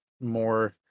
more